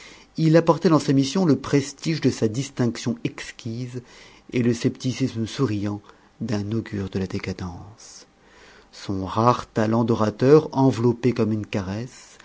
il apportait dans sa mission le prestige de sa distinction exquise et le scepticisme souriant d'un augure de la décadence son rare talent d'orateur enveloppait comme une caresse